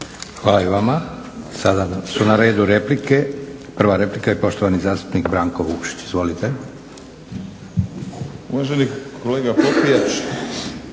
Hvala i vama. Sada su na redu replike. Prva replika i poštovani zastupnik Branko Vukšić. Izvolite. **Vukšić,